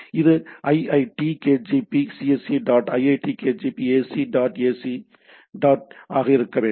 இது iitkgp cse dot iitkgp ac dot ac dot ஆக இருக்க வேண்டும்